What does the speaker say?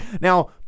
Now